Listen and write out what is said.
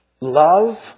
Love